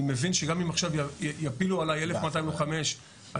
אני מבין שגם אם עכשיו יפילו עלי 1,200 לוחמי אש אני